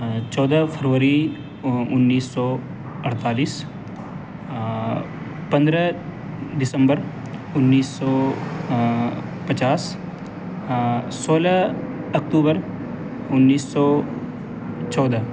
چودہ فروری انیس سو اڑتالس پندرہ دسمبر انیس سو پچاس سولہ اکتوبر انیس سو چودہ